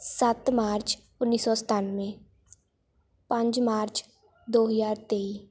ਸੱਤ ਮਾਰਚ ਉੱਨੀ ਸੌ ਸਤਾਨਵੇਂ ਪੰਜ ਮਾਰਚ ਦੋ ਹਜ਼ਾਰ ਤੇਈ